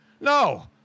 No